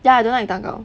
ya I don't like 蛋糕